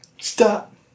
Stop